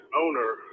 owner